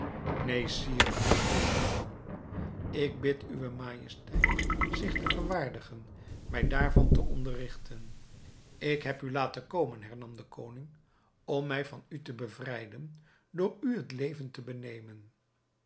sire antwoordde douban en ik bid uwe majesteit zich te verwaardigen mij daarvan te onderrigten ik heb u laten komen hernam de koning om mij van u te bevrijden door u het leven te benemen